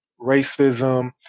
racism